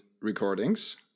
recordings